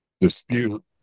dispute